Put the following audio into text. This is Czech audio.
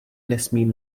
nesmím